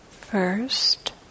first